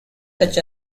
such